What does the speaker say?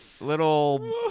little